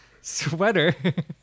sweater